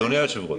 אדוני היושב ראש,